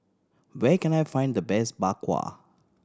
where can I find the best Bak Kwa